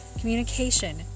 communication